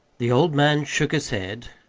the old man shook his head.